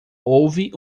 houve